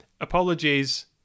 Apologies